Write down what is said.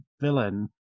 villain